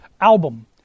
album